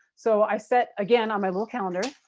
so i set, again on my little calendar,